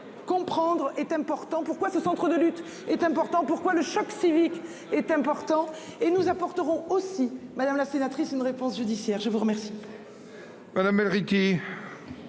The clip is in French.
Comprendre est important. Pourquoi ce centre de lutte est important. Pourquoi le choc civique est important et nous apporterons aussi madame la sénatrice, une heure. France-judiciaire, je vous remercie.